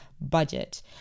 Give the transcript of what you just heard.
budget